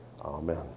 Amen